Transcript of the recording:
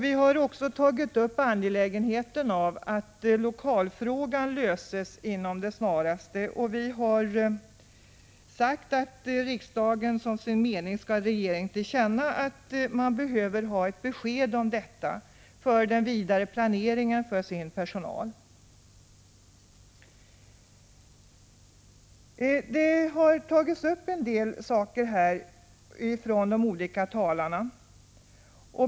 Vi har också tagit upp angelägenheten av att lokalfrågan löses med det snaraste. Vi har sagt att riksdagen som sin mening skall ge regeringen till känna att man behöver ha ett besked om detta för den vidare personalplaneringen. De olika talarna har tagit upp några saker.